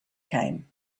came